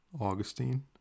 augustine